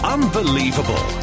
Unbelievable